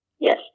Yes